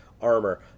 armor